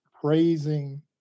praising